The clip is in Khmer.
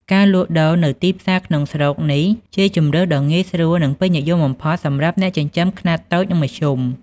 ការលក់ដូរនៅទីផ្សារក្នុងស្រុកនេះជាជម្រើសដ៏ងាយស្រួល និងពេញនិយមបំផុតសម្រាប់អ្នកចិញ្ចឹមខ្នាតតូចនិងមធ្យម។